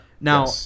now